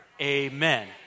Amen